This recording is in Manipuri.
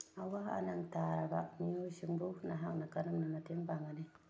ꯑꯋꯥ ꯑꯅꯥ ꯇꯥꯔꯕ ꯃꯤꯑꯣꯏꯁꯤꯡꯕꯨ ꯅꯍꯥꯛꯅ ꯀꯔꯝꯅ ꯃꯇꯦꯡ ꯄꯥꯡꯒꯅꯤ